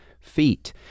feet